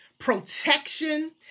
Protection